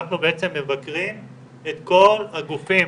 אנחנו בעצם מבקרים את כל הגופים